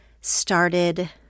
started